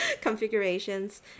configurations